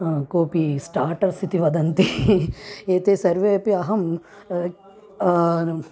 कोपि स्टार्टर्स् इति वदन्ति एते सर्वे अपि अहं